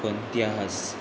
ओतिहास